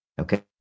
okay